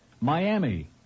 Miami